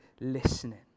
listening